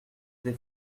des